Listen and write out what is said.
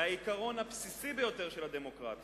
הרי העיקרון הבסיסי ביותר של הדמוקרטיה,